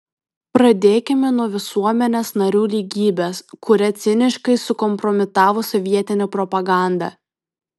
pradėkime nuo visuomenės narių lygybės kurią ciniškai sukompromitavo sovietinė propaganda